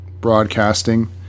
broadcasting